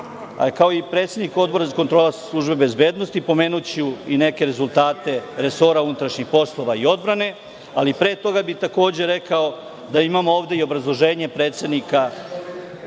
kao i predsednik Odbora za kontrolu službi bezbednosti pomenuću i neke rezultate resora unutrašnjih poslova i odbrane. Pre toga bih takođe rekao da imamo ovde i obrazloženje predsednika